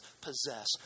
possess